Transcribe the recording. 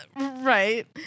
right